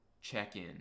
check-in